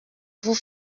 vous